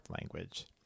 language